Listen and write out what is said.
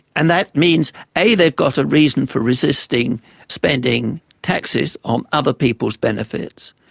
and that means a they've got a reason for resisting spending taxes on other people's benefits,